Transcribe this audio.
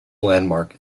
landmark